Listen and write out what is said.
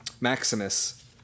Maximus